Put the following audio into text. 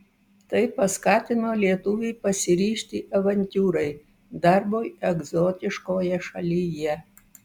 tai paskatino lietuvį pasiryžti avantiūrai darbui egzotiškoje šalyje